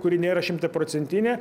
kuri nėra šimtaprocentinė